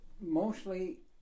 mostly